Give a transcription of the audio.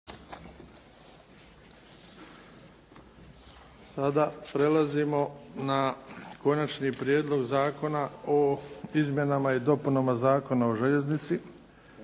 na glasovanje Konačni prijedlog zakona o Izmjenama i dopunama Zakona o željeznici.